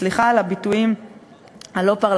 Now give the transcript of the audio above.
סליחה על הביטויים הלא-פרלמנטריים,